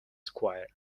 square